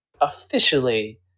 officially